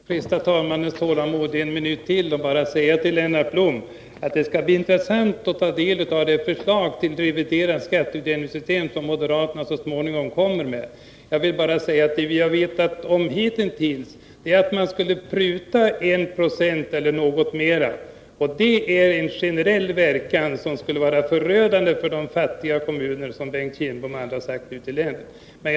Herr talman! Jag skall fresta herr talmannens tålamod en minut till och säga till herr Blom att det skall bli intressant att ta del av det förslag till reviderat skatteutjämningssystem som moderaterna så småningom kommer med. Vad jag hittills känner till är att man vill pruta 1 96 eller något mer. Det får, som Bengt Kindbom och andra har sagt, en förödande verkan för fattiga kommuner ute i landet.